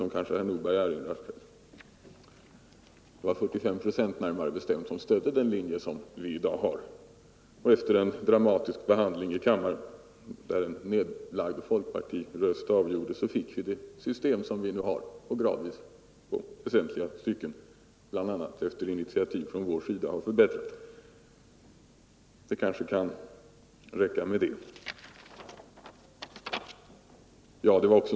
Det kanske herr Nordberg erinrar sig. Närmare bestämt var det 45 procent som stödde den linje vi i dag har. Efter en dramatisk behandling i kammaren där en nedlagd folkpartiröst avgjorde fick vi det ATP-system som vi nu har och som i väsentliga stycken — bl.a. efter initiativ från moderat sida — har förbättrats. Det kanske kan räcka med att jag säger det.